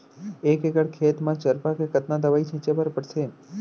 एक एकड़ खेत म चरपा के कतना दवई छिंचे बर पड़थे?